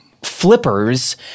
flippers